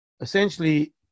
essentially